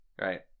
right